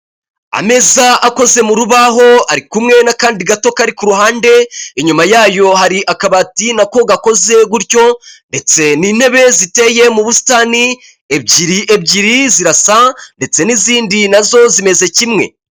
Ameza akoze mu rubaho, ari kumwe n'akandi gato kari ku ruhande, inyuma yayo hari akabati na ko gakoze gutyo, ndetse n'intebe ziteye mu busitani, ebyiri ebyiri zirasa, ndetse n'izindi na zo zimeze kimwe.